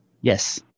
Yes